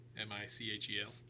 M-I-C-H-E-L